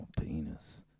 penis